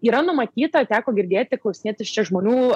yra numatyta teko girdėti klausinėtis čia žmonių